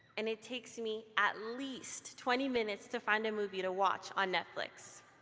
and it takes me at least twenty minutes to find a movie to watch on netflix.